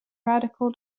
radical